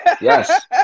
Yes